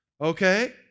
Okay